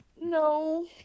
no